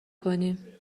کنی